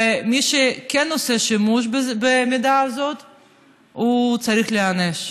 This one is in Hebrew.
ומי שכן עושה שימוש במידע הזה צריך להיענש,